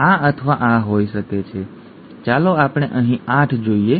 ચાલો આપણે અહીં 8 જોઈએ